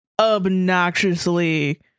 obnoxiously